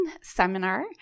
seminar